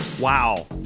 Wow